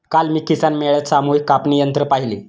काल मी किसान मेळ्यात सामूहिक कापणी यंत्र पाहिले